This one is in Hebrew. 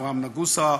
אברהם נגוסה,